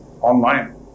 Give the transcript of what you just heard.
online